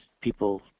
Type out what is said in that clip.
People